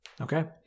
Okay